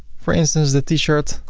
for instance the t-shirt,